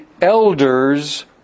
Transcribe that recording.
elders